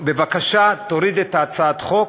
בבקשה תוריד את הצעת החוק,